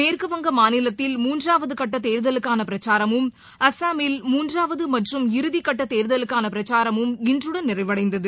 மேற்குவங்க மாநிலத்தில் மூன்றாவதுகட்டதேதலுக்கானபிரச்சாரமும் அஸ்ஸாமில் மூன்றாவதுமற்றும் இறுதிக்கட்டதேர்தலுக்கானபிரச்சாரமும் இன்றுடன் நிறைவடைந்தது